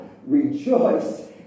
rejoice